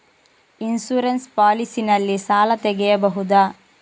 Insurance policy ನಲ್ಲಿ ಸಾಲ ತೆಗೆಯಬಹುದ?